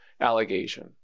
allegation